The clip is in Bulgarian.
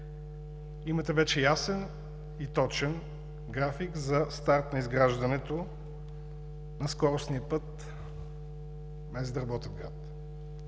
имате вече ясен и точен график за старт на изграждането на скоростния път Мездра – Ботевград.